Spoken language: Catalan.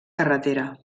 carretera